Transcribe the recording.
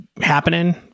happening